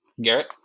Garrett